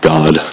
God